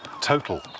total